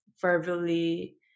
verbally